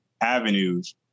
avenues